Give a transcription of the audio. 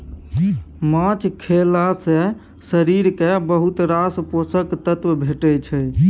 माछ खएला सँ शरीर केँ बहुत रास पोषक तत्व भेटै छै